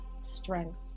strength